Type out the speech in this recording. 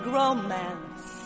romance